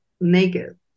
naked